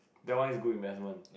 that one is good investment